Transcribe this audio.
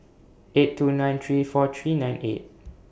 eight two nine three four three nine eight